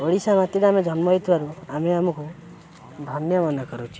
ଓଡ଼ିଶା ମାଟିରେ ଆମେ ଜନ୍ମ ହେଇଥିବାରୁ ଆମେ ଆମକୁ ଧନ୍ୟ ମନେ କରୁଛୁ